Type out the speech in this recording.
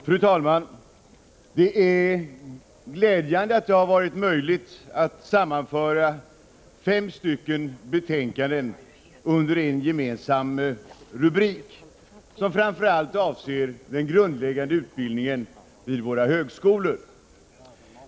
Fru talman! Det är glädjande att det har varit möjligt att sammanföra fem betänkanden under en gemensam rubrik, som framför allt avser den grundläggande utbildningen vid våra högskolor.